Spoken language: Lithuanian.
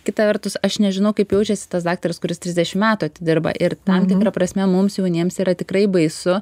kita vertus aš nežinau kaip jaučiasi tas daktaras kuris trisdešim metų atidirba ir tam tikra prasme mums jauniems yra tikrai baisu